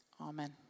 Amen